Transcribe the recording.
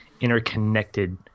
interconnected